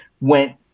went